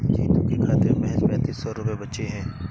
जीतू के खाते में महज पैंतीस सौ रुपए बचे हैं